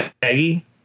Peggy